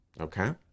Okay